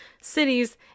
cities